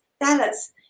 Dallas